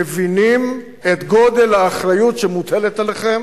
מבינים את גודל האחריות שמוטלת עליכם